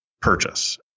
purchase